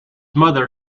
mother